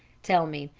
tell me,